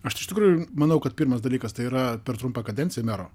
aš iš tikrųjų manau kad pirmas dalykas tai yra per trumpą kadenciją mero